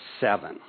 seven